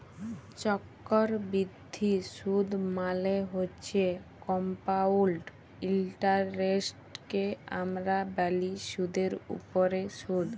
চক্করবিদ্ধি সুদ মালে হছে কমপাউল্ড ইলটারেস্টকে আমরা ব্যলি সুদের উপরে সুদ